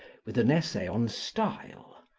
with an essay on style,